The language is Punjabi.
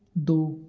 ਦੋ